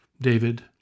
David